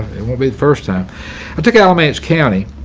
won't be the first time i took alamance county